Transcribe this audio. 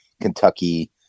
Kentucky